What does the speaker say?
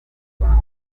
rwanda